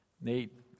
Nate